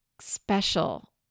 special